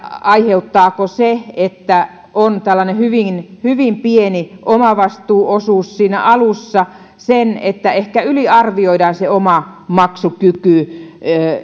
aiheuttaako se että on tällainen hyvin hyvin pieni omavastuuosuus siinä alussa sen että ehkä yliarvioidaan se oma maksukyky